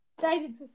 David